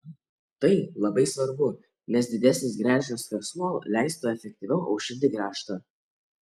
tai labai svarbu nes didesnis gręžinio skersmuo leistų efektyviau aušinti grąžtą